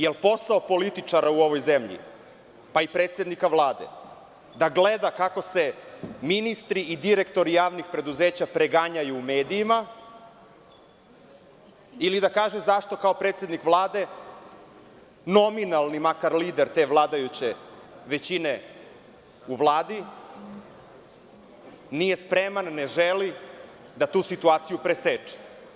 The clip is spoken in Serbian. Jel posao političara u ovoj zemlji, pa i predsednika Vlade da gleda kako se ministri i direktori javnih preduzeća preganjaju u medijima ili da kaže zašto kao predsednik Vlade, nominalnim makar lider te vladajuće većine u Vladi, nije spreman, ne želi da tu situaciju preseče?